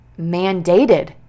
mandated